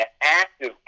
active